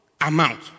amount